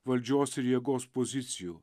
valdžios ir jėgos pozicijų